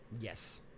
Yes